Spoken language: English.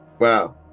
wow